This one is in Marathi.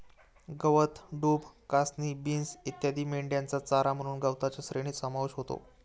गवत, डूब, कासनी, बीन्स इत्यादी मेंढ्यांचा चारा म्हणून गवताच्या श्रेणीत समावेश होतो